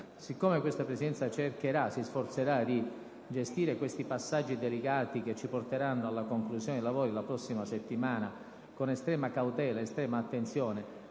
siccome la Presidenza cercherà, si sforzerà di gestire questi passaggi delicati che ci porteranno alla conclusione dei lavori la prossima settimana con estrema cautela ed attenzione,